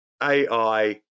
AI